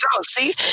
See